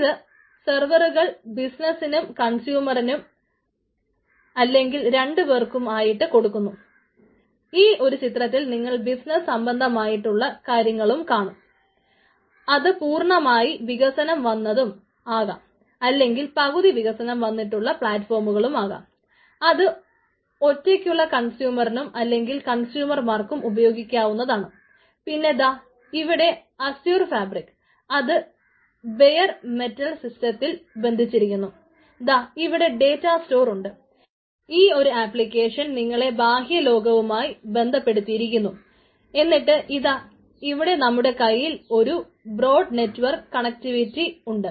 ഇത് സർവീസുകൾ ബിസിനസിനും ഉണ്ട്